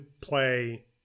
play